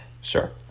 Sure